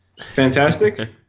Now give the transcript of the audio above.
fantastic